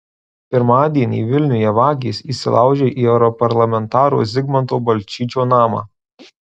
pirmadienį vilniuje vagys įsilaužė į europarlamentaro zigmanto balčyčio namą